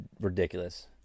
ridiculous